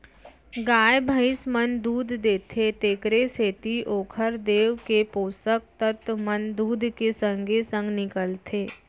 गाय भइंस मन दूद देथे तेकरे सेती ओकर देंव के पोसक तत्व मन दूद के संगे संग निकलथें